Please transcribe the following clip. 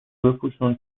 بپوشون